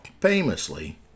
famously